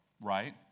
right